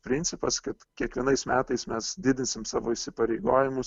principas kad kiekvienais metais mes didinsim savo įsipareigojimus